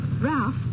Ralph